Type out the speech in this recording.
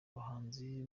abahanzi